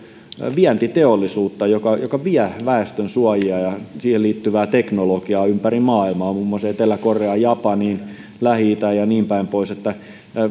vientiteollisuutta joka joka vie väestönsuojia ja siihen liittyvää teknologiaa ympäri maailmaa muun muassa etelä koreaan japaniin lähi itään ja niinpäin pois